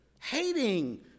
hating